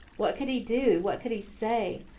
what could he do? what could he say?